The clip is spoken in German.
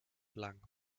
lang